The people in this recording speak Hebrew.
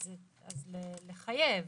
אז לחייב.